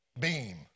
beam